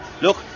Look